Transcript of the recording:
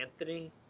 Anthony